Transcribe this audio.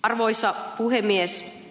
arvoisa puhemies